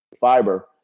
fiber